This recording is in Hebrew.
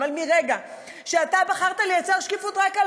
אבל מרגע שאתה בחרת לייצר שקיפות רק על